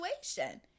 situation